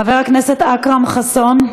חבר הכנסת אכרם חסון,